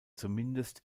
zumindest